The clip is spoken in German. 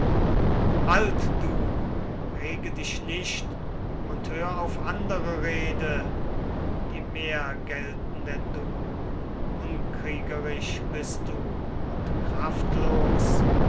halt du rege dich nicht und hör auf anderer rede die mehr gelten denn du unkriegerisch bist du und kraftlos